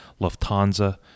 Lufthansa